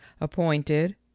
Appointed